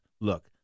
look